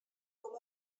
com